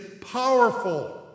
powerful